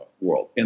world